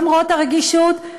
למרות הרגישות,